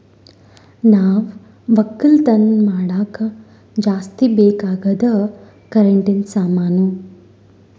ನಾವ್ ಒಕ್ಕಲತನ್ ಮಾಡಾಗ ಜಾಸ್ತಿ ಬೇಕ್ ಅಗಾದ್ ಕರೆಂಟಿನ ಸಾಮಾನು